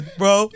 bro